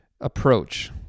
approach